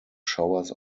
showers